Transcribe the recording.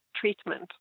treatment